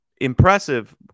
Impressive